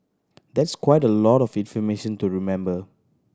that's quite a lot of information to remember